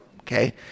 okay